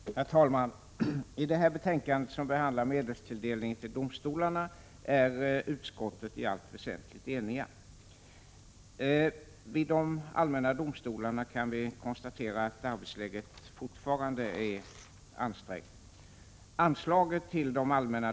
Herr talman! I detta betänkande, som behandlar medelstilldelningen till domstolarna, är utskottet i allt väsentligt enigt. Vi kan konstatera att arbetsläget fortfarande är ansträngt vid de allmänna domstolarna.